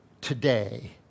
today